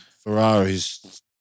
Ferraris